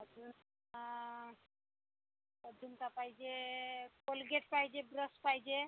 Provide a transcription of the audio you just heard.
अजून अजून का पाहिजे कोलगेट पाहिजे ब्रश पाहिजे